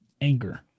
Anger